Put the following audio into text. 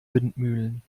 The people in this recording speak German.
windmühlen